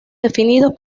definidos